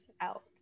out